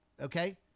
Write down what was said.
Okay